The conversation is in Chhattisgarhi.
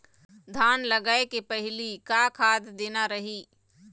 धान लगाय के पहली का खाद देना रही?